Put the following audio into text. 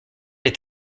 est